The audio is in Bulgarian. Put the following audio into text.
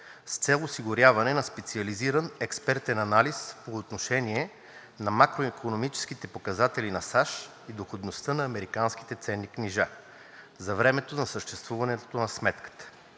с цел осигуряване на специализиран експертен анализ по отношение на макроикономическите показатели на САЩ и доходността на американските ценни книжа за времето на съществуването на сметката.